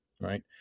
right